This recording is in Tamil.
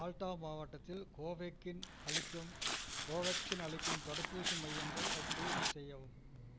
மால்டா மாவட்டத்தில் கோவேக்கின் அளிக்கும் கோவேக்சின் அளிக்கும் தடுப்பூசி மையங்கள் அஃபில்டர் செய்யவும்